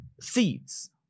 seeds